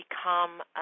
become